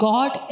God